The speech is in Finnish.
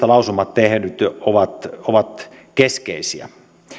lausumat tehnyt ovat ovat keskeisiä